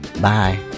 Bye